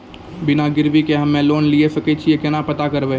बिना गिरवी के हम्मय लोन लिये सके छियै केना पता करबै?